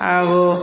ಹಾಗೂ